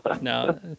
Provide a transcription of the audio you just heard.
no